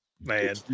man